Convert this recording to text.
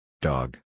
Dog